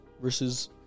versus